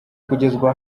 kugezwa